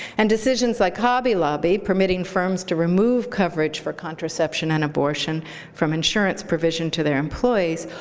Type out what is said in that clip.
and decisions like hobby lobby, permitting firms to remove coverage for contraception and abortion from insurance provision to their employees,